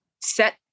set